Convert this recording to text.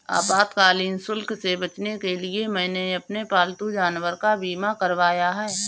आपातकालीन शुल्क से बचने के लिए मैंने अपने पालतू जानवर का बीमा करवाया है